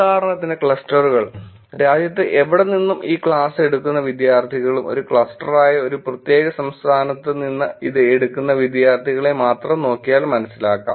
ഉദാഹരണത്തിന് ക്ലസ്റ്ററുകൾ രാജ്യത്ത് എവിടെനിന്നും ഈ ക്ലാസ് എടുക്കുന്ന വിദ്യാർത്ഥികളും ഒരു ക്ലസ്റ്ററായ ഒരു പ്രത്യേക സംസ്ഥാനത്ത് നിന്ന് ഇത് എടുക്കുന്ന വിദ്യാർത്ഥികളെ മാത്രം നോക്കിയാൽ മനസിലാക്കാം